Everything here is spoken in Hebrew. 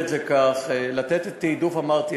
לתת תעדוף, אמרתי.